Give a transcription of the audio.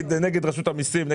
בעד רשות המסים.